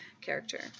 character